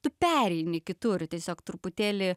tu pereini kitur tiesiog truputėlį